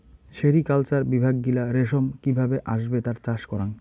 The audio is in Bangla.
সেরিকালচার বিভাগ গিলা রেশম কি ভাবে আসবে তার চাষ করাং